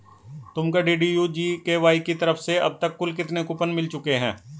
तुमको DDU GKY की तरफ से अब तक कुल कितने कूपन मिल चुके हैं?